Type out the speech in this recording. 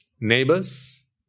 neighbors